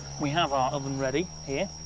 we have our oven ready here.